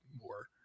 more